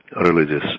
religious